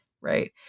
right